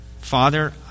Father